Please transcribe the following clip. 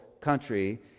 country